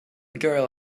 girl